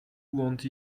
want